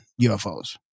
UFOs